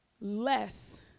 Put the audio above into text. less